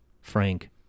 Frank